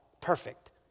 Perfect